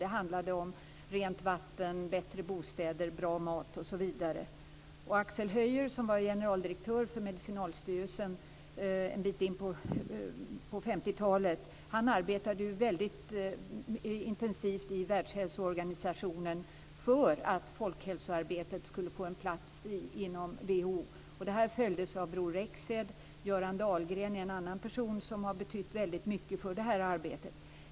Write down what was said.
Det handlade om rent vatten, bättre bostäder, bra mat osv. Axel Höjer som var generaldirektör för Medicinalstyrelsen en bit in på 50-talet arbetade ju väldigt intensivt i Världshälsorganisationen för att folkhälsoarbetet skulle få en plats i WHO. Detta arbete fortsattes av Bror Rexed. Göran Dahlgren är en annan person som har betytt väldigt mycket för det här arbetet.